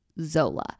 Zola